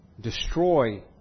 destroy